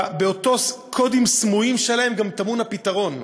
באותם קודים סמויים שלהם, גם טמון הפתרון.